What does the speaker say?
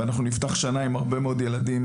ואנחנו נפתח שנה עם הרבה מאוד ילדים